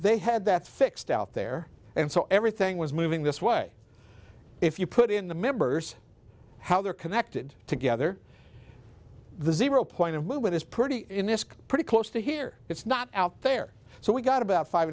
they had that fixed out there and so everything was moving this way if you put in the members how they're connected together the zero point zero movement is pretty pretty close to here it's not out there so we got about five